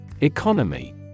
Economy